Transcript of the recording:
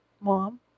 Mom